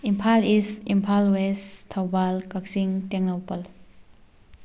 Imphal east Imphal west Thoubal Kakching Tengnoupal